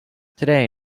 today